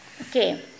okay